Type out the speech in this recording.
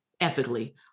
ethically